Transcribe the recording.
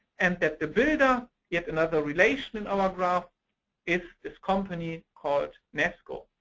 and that the builder yet another relation in our graph is this company called nassco.